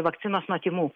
vakcinos nuo tymų